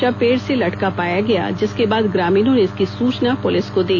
शव पेड़ से लटका पाया गया जिसके बाद ग्रामीणों ने इसकी सूचना पुलिस को दी